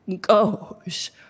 goes